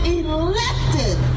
elected